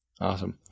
Awesome